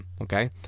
Okay